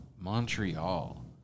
Montreal